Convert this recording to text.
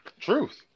truth